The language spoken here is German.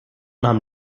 nahm